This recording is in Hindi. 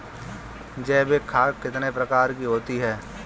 जैविक खाद कितने प्रकार की होती हैं?